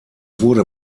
wurde